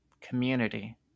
community